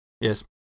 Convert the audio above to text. Yes